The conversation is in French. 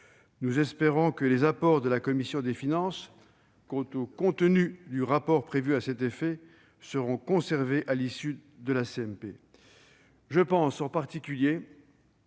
Nous espérons que les apports de la commission des finances quant au contenu du rapport prévu à cet effet seront conservés à l'issue de la CMP. Je pense, en particulier,